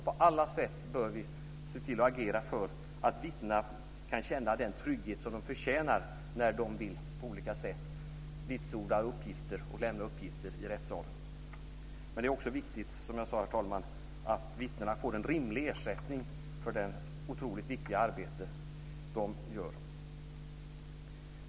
På alla sätt bör vi agera för att vittnena ska kunna känna den trygghet som de förtjänar när de på olika sätt vill vitsorda och lämna uppgifter i rättssalen. Men det är också viktigt, som jag sade, herr talman, att vittnena får en rimlig ersättning för det otroligt viktiga arbete de gör.